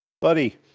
buddy